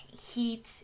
heat